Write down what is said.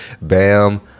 Bam